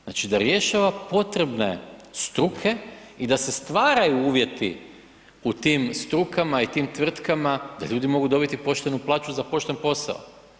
Znači da rješava potrebne struke i da se stvaraju uvjeti u tim strukama i tim tvrtkama, da ljudi mogu dobiti poštenu plaću za pošten posao.